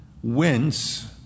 whence